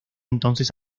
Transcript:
entonces